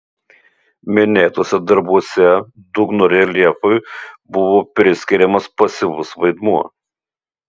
minėtuose darbuose dugno reljefui buvo priskiriamas pasyvus vaidmuo